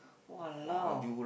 !walao!